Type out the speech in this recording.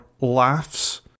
laughs